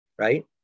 right